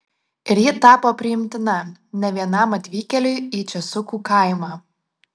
ir ji tapo priimtina ne vienam atvykėliui į česukų kaimą